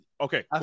Okay